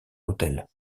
hôtel